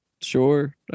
sure